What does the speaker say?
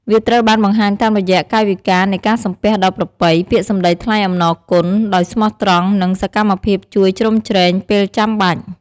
វាត្រូវបានបង្ហាញតាមរយៈ កាយវិការនៃការសំពះដ៏ប្រពៃ, ពាក្យសម្ដីថ្លែងអំណរគុណ ដោយស្មោះត្រង់ និង សកម្មភាពជួយជ្រោមជ្រែង ពេលចាំបាច់។